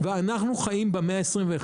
אנחנו חיים במאה ה-21,